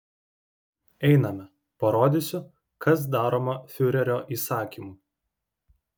einame parodysiu kas daroma fiurerio įsakymu